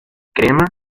crema